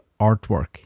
artwork